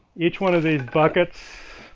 each one of these buckets